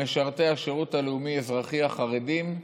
במשרתי השירות הלאומי-אזרחי החרדים.